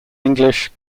english